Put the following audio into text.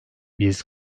biz